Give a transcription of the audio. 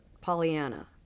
Pollyanna